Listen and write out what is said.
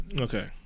Okay